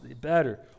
Better